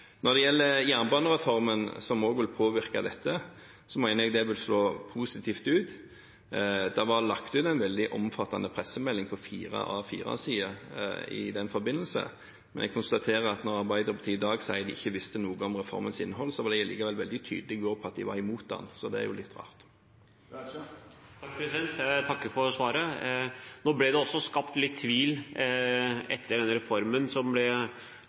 Når det gjelder jernbanereformen, som også vil påvirke dette, mener jeg det vil slå positivt ut. Det var lagt ut en veldig omfattende pressemelding, på fire A4-sider, i den forbindelse. Men jeg konstaterer at da Arbeiderpartiet i dag sa de ikke visste noe om reformens innhold, var de likevel også veldig tydelig på at de var imot den. Det er jo litt rart. Jeg takker for svaret. Nå ble det også skapt litt tvil etter den reformen som ble